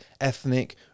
ethnic